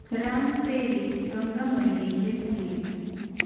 राम तेरी गंगा मैलीचे संगीत